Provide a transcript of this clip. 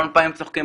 המון פעמים צוחקים,